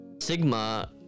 sigma